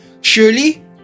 Surely